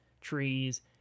trees